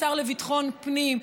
השר לביטחון פנים,